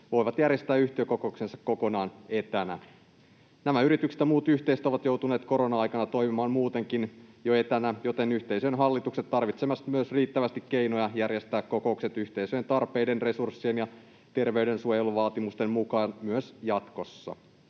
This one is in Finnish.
voivat järjestää yhtiökokouksensa kokonaan etänä. Nämä yritykset ja muut yhteisöt ovat joutuneet korona-aikana toimimaan jo muutenkin etänä, joten yhteisöjen hallitukset tarvitsevat myös riittävästi keinoja järjestää kokoukset yhteisöjen tarpeiden, resurssien ja terveydensuojeluvaatimusten mukaan myös jatkossa.